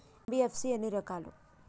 NBFC ఎన్ని రకాలు?